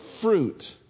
fruit